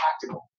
tactical